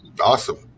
Awesome